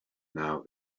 now